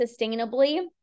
sustainably